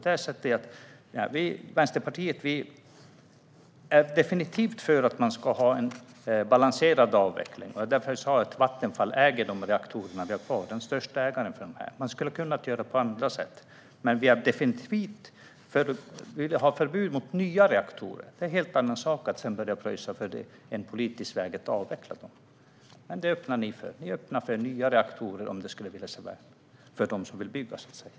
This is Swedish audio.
Vi i Vänsterpartiet är definitivt för att det ska vara en balanserad avveckling. Därför sa jag att Vattenfall ska äga de reaktorer som finns kvar. Det är den största ägaren. Det går att göra på andra sätt, men vi vill definitivt ha förbud mot nya reaktorer. Det är en helt annan sak att börja pröjsa för dem än att använda en politisk väg för att avveckla dem. Ni öppnar för nya reaktorer om det vill sig väl - för dem som vill bygga, så att säga.